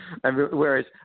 Whereas